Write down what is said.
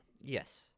Yes